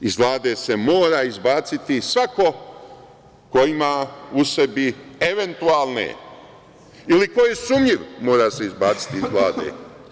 Iz Vlade se mora izbaciti svako ko ima u sebi eventualne, ili ko je sumnjiv mora se izbaciti iz Vlade.